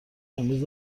امروز